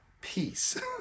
peace